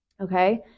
okay